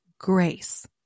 grace